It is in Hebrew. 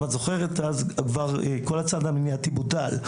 אם את זוכרת כל הצעד המניעתי בוטל.